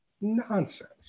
nonsense